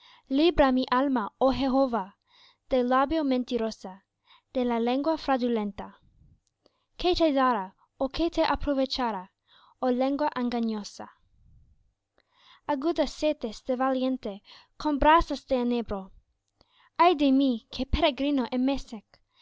libra mi alma oh jehová de labio mentiroso de la lengua fraudulenta qué te dará ó qué te aprovechará oh lengua engañosa agudas saetas de valiente con brasas de enebro ay de mí que